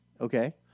Okay